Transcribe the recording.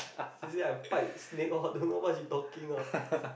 she said I fight snake all don't know what she talking ah